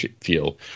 feel